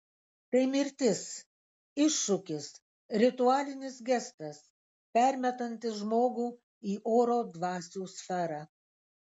tai mirtis iššūkis ritualinis gestas permetantis žmogų į oro dvasių sferą